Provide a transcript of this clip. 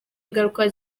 ingaruka